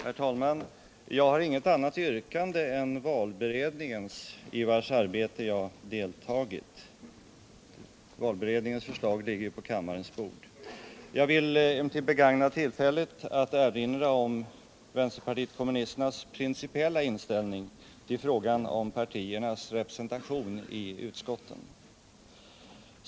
Herr talman! Jag har inget annat yrkande än valberedningens i vars arbete jag deltagit. Jag vill emellertid begagna tillfället att erinra om vänsterpartiet kommunisternas principiella inställning i fråga om partiernas representation i utskotten.